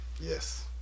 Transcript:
Yes